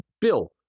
Bill